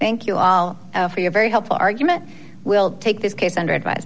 thank you all for your very helpful argument will take this case under advi